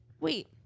wait